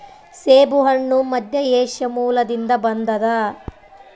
ಸೇಬುಹಣ್ಣು ಮಧ್ಯಏಷ್ಯಾ ಮೂಲದಿಂದ ಬಂದದ